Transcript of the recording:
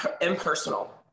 impersonal